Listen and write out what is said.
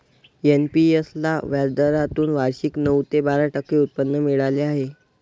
NPS ला व्याजदरातून वार्षिक नऊ ते बारा टक्के उत्पन्न मिळाले आहे